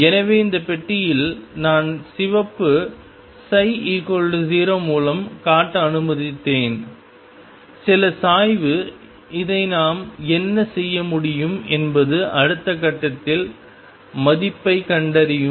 எனவே இந்த பெட்டியில் நான் சிவப்பு ψ 0 மூலம் காட்ட அனுமதித்தேன் சில சாய்வு இதை நாம் என்ன செய்ய முடியும் என்பது அடுத்த கட்டத்தில் மதிப்பைக் கண்டறியும்